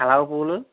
కలవ పూలు